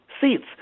seats